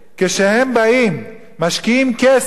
כשהם באים, משקיעים כסף,